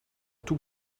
tout